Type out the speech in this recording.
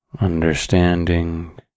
understanding